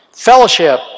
Fellowship